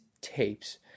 tapes